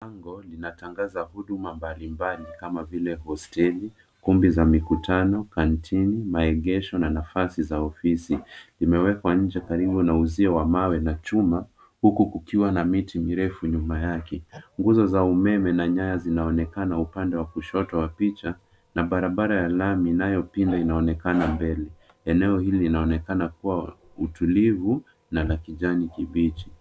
Bango linatangaza huduma mbalimbali kama vile hosteli, kumbi za mikutano, kantini, maegesho na nafasi za ofisi. Imewekwa nje karibu na uzio wa mawe na chuma huku kukiwa na miti mirefu nyuma yake, nguzo za umeme na nyaya zinazo onekana upande wa kushoto wa picha na barabara ya lami inayopinda ina onekana mbele. Eneo hili linaonekana kuwa utulivu na la kijani kibichi.